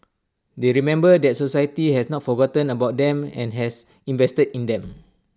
they remember that society has not forgotten about them and has invested in them